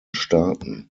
staaten